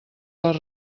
les